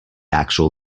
actual